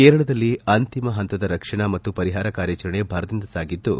ಕೇರಳದಲ್ಲಿ ಅಂತಿಮ ಹಂತದ ರಕ್ಷಣಾ ಮತ್ತು ಪರಿಹಾರ ಕಾರ್ಯಾಚರಣೆ ಭರದಿಂದ ಸಾಗಿದ್ದು